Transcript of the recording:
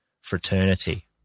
fraternity